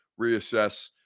reassess